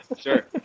sure